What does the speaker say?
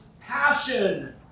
passion